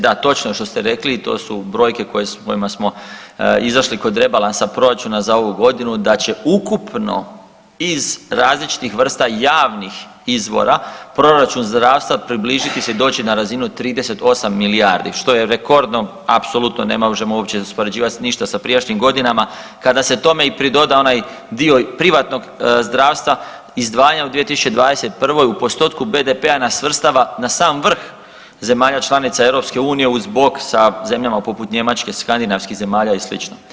Da točno je što ste rekli i to su brojke s kojima smo izašli kod Rebalansa proračuna za ovu godinu da će ukupno iz različitih vrsta javnih izvora Proračun zdravstva približiti se i doći na razinu 38 milijardi što je rekordno apsolutno ne možemo uopće uspoređivat ništa sa prijašnjim godinama kada se tome i pridoda onaj dio privatnog zdravstva izdvajanja u 2021. u postotku BDP-a nas svrstava na sam vrh zemalja članica Europske unije uz bok sa zemljama poput Njemačke, Skandinavskih zemalja i sl.